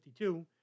1952